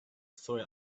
story